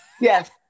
Yes